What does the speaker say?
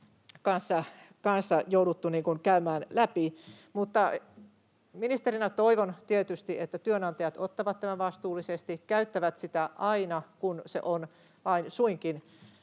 kanssa jouduttu käymään läpi. Ministerinä toivon tietysti, että työnantajat ottavat tämän vastuullisesti, käyttävät sitä aina, kun se vain suinkin